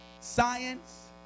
science